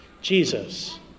Jesus